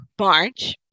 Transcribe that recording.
March